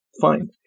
fine